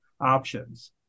options